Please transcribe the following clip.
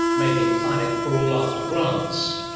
maybe in climate, are all after grants.